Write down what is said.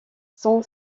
son